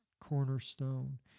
cornerstone